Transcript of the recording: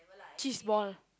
cheese ball